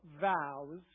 vows